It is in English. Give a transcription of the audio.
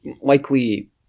likely